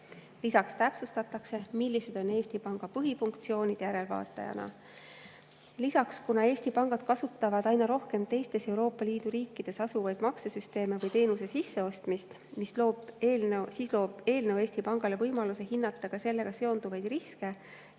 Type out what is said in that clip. Lisaks täpsustatakse, millised on Eesti Panga põhifunktsioonid järelevaatajana. Samuti, kuna Eesti pangad kasutavad aina rohkem teistes Euroopa Liidu riikides asuvaid maksesüsteeme või teenuse sisseostmist, loob eelnõu Eesti Pangale võimaluse hinnata ka sellega seonduvaid riske